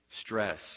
stress